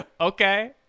okay